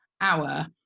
hour